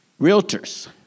Realtors